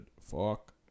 Fuck